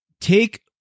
take